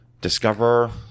discover